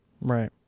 Right